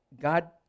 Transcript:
God